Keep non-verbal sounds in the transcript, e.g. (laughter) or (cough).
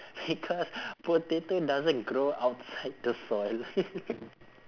because potato doesn't grow outside the soil (laughs)